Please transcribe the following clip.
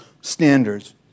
standards